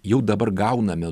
jau dabar gauname